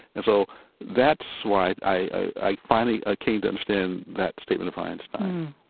and so that's why i finally ah came to understand that statement of einstein